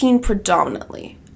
predominantly